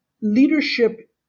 leadership